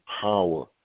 power